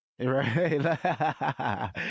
Right